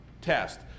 test